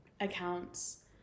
accounts